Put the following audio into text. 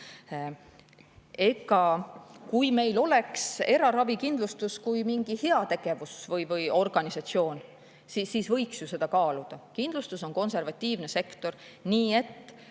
Kui meil oleks eraravikindlustus kui mingi heategevusorganisatsioon, siis võiks ju seda kaaluda. Kindlustus on konservatiivne sektor. Nii et